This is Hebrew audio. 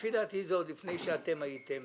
לפי דעתי זה עוד לפני שאתם הייתם